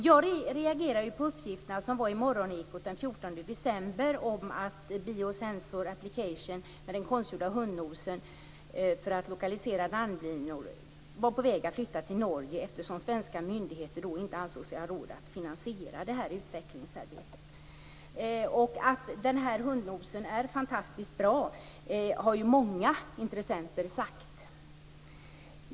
Jag reagerade på uppgifterna i Morgonekot den 14 december om att Biosensor Applications, med den konstgjorda hundnosen för att lokalisera landminor, var på väg att flytta till Norge eftersom svenska myndigheter inte ansåg sig ha råd att finansiera det här utvecklingsarbetet. Att den här hundnosen är fantastiskt bra har ju många intressenter sagt.